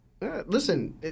Listen